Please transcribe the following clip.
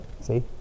see